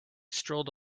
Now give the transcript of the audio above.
strolled